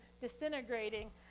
disintegrating